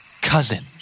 Cousin